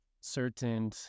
certain